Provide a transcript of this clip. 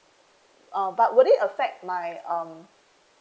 uh but will it affect my um